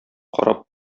карап